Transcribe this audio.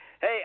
Hey